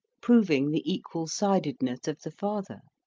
proving the equal-sidedness of the father?